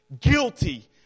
guilty